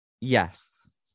Yes